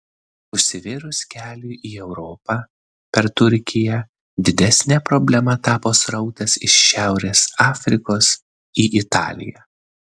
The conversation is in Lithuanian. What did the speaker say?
užsivėrus keliui į europą per turkiją didesne problema tapo srautas iš šiaurės afrikos į italiją